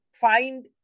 find